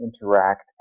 interact